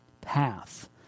path